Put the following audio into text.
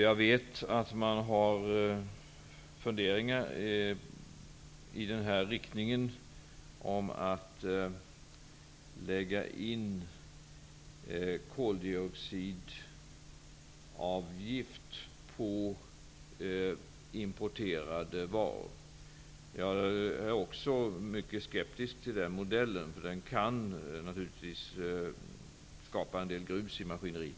Jag vet att man har funderingar på att lägga in koldioxidavgift på importerade varor. Jag är också mycket skeptisk till den modellen, för den kan skapa en del grus i maskineriet.